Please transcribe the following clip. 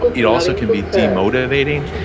it also can be demotivating.